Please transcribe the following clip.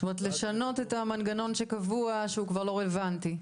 כלומר לשנות את המנגנון שקבוע שהוא כבר לא רלוונטי,